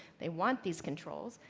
they want these controls.